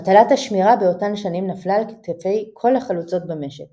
מטלת השמירה באותן שנים נפלה על כתפי כל החלוצות במשק